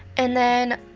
and then,